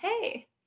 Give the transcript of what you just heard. hey